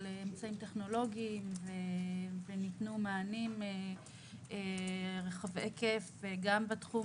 אמצעים טכנולוגיים וניתנו מענים רחבי היקף גם בתחום